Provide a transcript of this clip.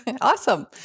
Awesome